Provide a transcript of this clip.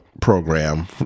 program